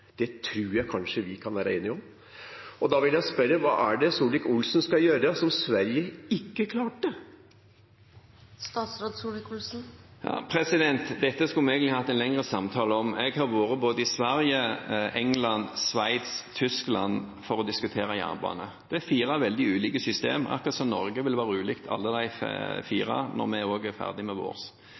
Det tror jeg vi kanskje kan være enige om, og da vil jeg spørre: Hva er det statsråd Solvik-Olsen skal gjøre som Sverige ikke klarte? Dette skulle vi egentlig hatt en lengre samtale om. Jeg har vært i både Sverige, England, Sveits og Tyskland for å diskutere jernbane. Det er fire veldig ulike system, akkurat som Norges system vil være ulikt alle de fire når vi er ferdig med